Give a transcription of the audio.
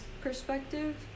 perspective